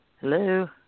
Hello